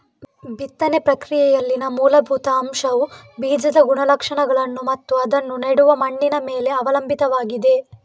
ಬಿತ್ತನೆ ಪ್ರಕ್ರಿಯೆಯಲ್ಲಿನ ಮೂಲಭೂತ ಅಂಶವುಬೀಜದ ಗುಣಲಕ್ಷಣಗಳನ್ನು ಮತ್ತು ಅದನ್ನು ನೆಡುವ ಮಣ್ಣಿನ ಮೇಲೆ ಅವಲಂಬಿತವಾಗಿದೆ